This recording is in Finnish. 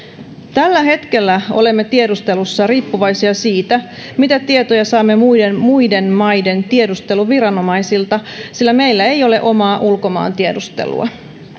tällä hetkellä olemme tiedustelussa riippuvaisia siitä mitä tietoja saamme muiden muiden maiden tiedusteluviranomaisilta sillä meillä ei ole omaa ulkomaantiedustelua